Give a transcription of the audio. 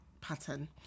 pattern